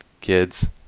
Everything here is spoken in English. kids